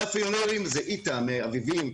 המאפיונרים זה איטה מאביבים,